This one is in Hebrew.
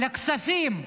על הכספים.